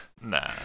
Nah